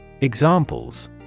Examples